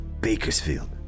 Bakersfield